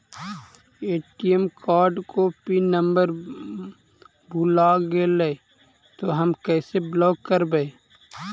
ATM card को pin number भुला गैले तौ हम कैसे ब्लॉक करवै?